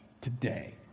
today